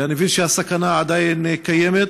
אני מבין שהסכנה עדיין קיימת